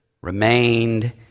remained